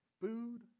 Food